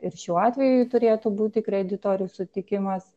ir šiuo atveju turėtų būti kreditorių sutikimas